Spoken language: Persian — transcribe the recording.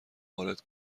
وارد